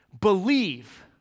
believe